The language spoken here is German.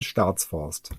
staatsforst